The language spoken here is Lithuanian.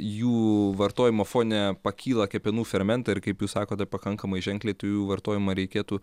jų vartojimo fone pakyla kepenų fermentai ir kaip jūs sakote pakankamai ženkliai tai jų vartojimą reikėtų